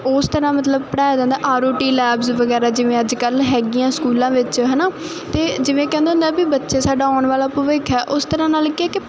ਉਸ ਤਰ੍ਹਾਂ ਮਤਲਬ ਪੜ੍ਹਾਇਆ ਜਾਂਦਾ ਆਰ ਓ ਟੀ ਲੈਬਸ ਵਗੈਰਾ ਜਿਵੇਂ ਅੱਜ ਕੱਲ੍ਹ ਹੈਗੀ ਆ ਸਕੂਲਾਂ ਵਿੱਚ ਹੈ ਨਾ ਅਤੇ ਜਿਵੇਂ ਕਹਿੰਦੇ ਹੁੰਦੇ ਆ ਵੀ ਬੱਚੇ ਸਾਡਾ ਆਉਣ ਵਾਲਾ ਭਵਿੱਖ ਆ ਉਸ ਤਰ੍ਹਾਂ ਨਾਲ ਕੀ ਹੈ ਕਿ